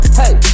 hey